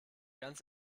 ganz